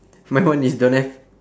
my one is don't have